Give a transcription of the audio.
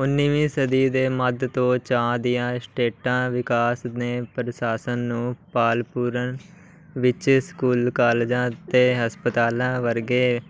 ਉੱਨੀਵੀਂ ਸਦੀ ਦੇ ਮੱਧ ਤੋਂ ਚਾਹ ਦੀਆਂ ਸਟੇਟਾਂ ਵਿਕਾਸ ਨੇ ਪ੍ਰਸ਼ਾਸਨ ਨੂੰ ਪਾਲਪੂਰਨ ਵਿੱਚ ਸਕੂਲ ਕਾਲਜਾਂ ਅਤੇ ਹਸਪਤਾਲਾਂ ਵਰਗੇ